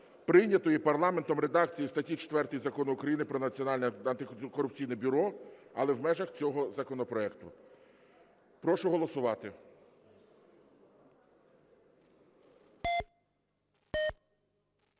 прийнятої парламентом редакції статті 4 Закону України "Про Національне антикорупційне бюро", але в межах цього законопроекту. Прошу голосувати.